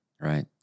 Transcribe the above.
Right